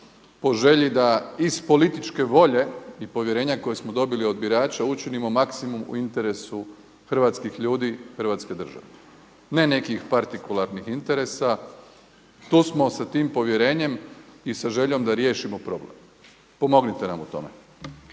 po želji da iz političke volje i povjerenja koje smo dobili od birača učinimo maksimum u interesu hrvatskih ljudi, Hrvatske države. Ne nekih partikularnih interesa. Tu smo sa tim povjerenjem i sa željom da riješimo problem. Pomognite nam u tome.